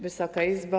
Wysoka Izbo!